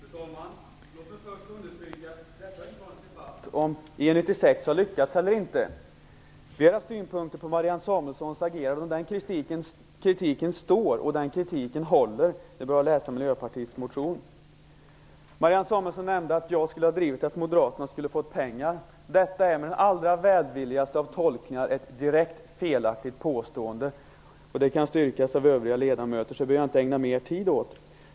Fru talman! Låt mig först understryka att detta inte är någon debatt om huruvida EU 96-kommittén har lyckats eller inte. Jag har flera synpunkter på Marianne Samuelssons agerande. Den kritiken kvarstår, och den kritiken håller. Det är bara att läsa Miljöpartiets motion. Marianne Samuelsson nämnde att jag skulle ha drivit att Moderaterna skulle få pengar. Detta är med den allra välvilligaste av tolkningar ett direkt felaktigt påstående. Det kan styrkas av övriga ledamöter, och därför behöver jag inte ägna mer tid åt det.